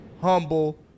humble